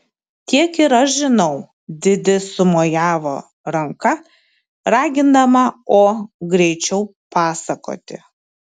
tiek ir aš žinau didi sumojavo ranka ragindama o greičiau pasakoti